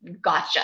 gotcha